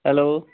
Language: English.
hello